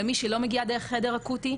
למי שלא מגיעה דרך חדר אקוטי,